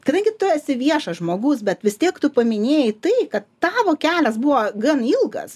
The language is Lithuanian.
kadangi tu esi viešas žmogus bet vis tiek tu paminėjai tai kad tavo kelias buvo gan ilgas